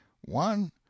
One